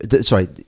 Sorry